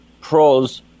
pros